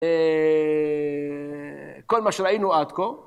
‫כל מה שראינו עד כה.